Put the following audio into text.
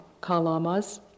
Kalamas